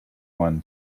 one